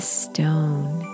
stone